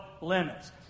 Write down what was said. limits